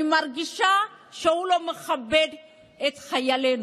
אני מרגישה שהוא לא מכבד את חיילינו.